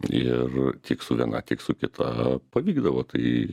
ir tiek su viena tiek su kita pavykdavo tai